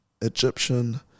Egyptian